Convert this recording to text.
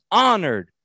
honored